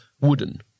wooden